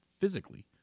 physically